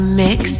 mix